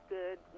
good